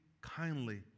kindly